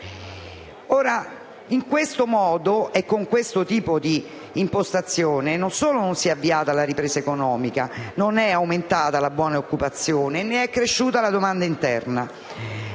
In questo modo e con questo tipo di impostazione, non solo non si è avviata la ripresa economica, ma non è aumentata la buona occupazione, né è cresciuta la domanda interna.